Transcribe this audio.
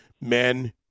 men